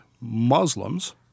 Muslims